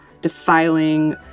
defiling